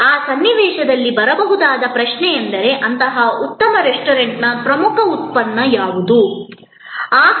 ಆ ಸನ್ನಿವೇಶದಲ್ಲಿ ಬರಬಹುದಾದ ಪ್ರಶ್ನೆಯೆಂದರೆ ಅಂತಹ ಉತ್ತಮ ರೆಸ್ಟೋರೆಂಟ್ನ ಪ್ರಮುಖ ಉತ್ಪನ್ನ ಯಾವುದು ಎಂಬುದು